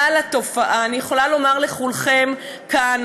כלל התופעה, אני יכולה לומר לכולכם כאן: